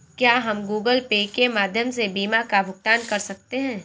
क्या हम Google Pay के माध्यम से बीमा का भुगतान कर सकते हैं?